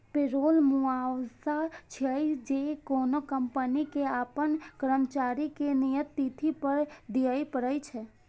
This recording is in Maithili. पेरोल मुआवजा छियै, जे कोनो कंपनी कें अपन कर्मचारी कें नियत तिथि पर दियै पड़ै छै